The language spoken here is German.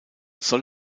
soll